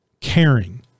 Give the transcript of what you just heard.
Caring